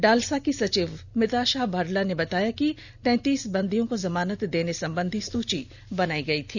DALSA की सचिव मिताषा बारला ने बताया कि तैतीस बंदियों को जमानत देने संबंधित सूची बनाई गई थी